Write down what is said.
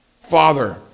Father